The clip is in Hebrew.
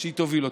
שתוביל אותנו.